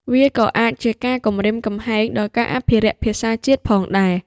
វាក៏អាចជាការគំរាមកំហែងដល់ការអភិរក្សភាសាជាតិផងដែរ។